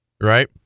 Right